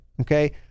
Okay